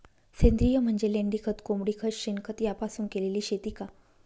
सेंद्रिय म्हणजे लेंडीखत, कोंबडीखत, शेणखत यापासून केलेली शेती का?